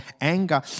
anger